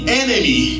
enemy